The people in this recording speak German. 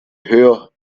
höher